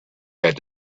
had